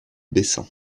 bessin